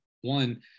one